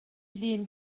ddyn